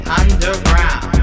underground